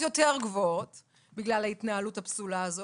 יותר גבוהות בגלל ההתנהלות הפסולה הזאת,